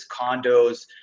condos